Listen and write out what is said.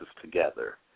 together